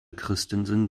christensen